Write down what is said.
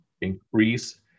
increase